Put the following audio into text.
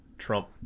Trump